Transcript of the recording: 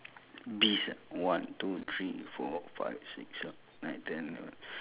you mean the the very top one ah